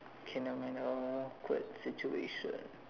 okay never mind uh awkward situation